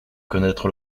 connaître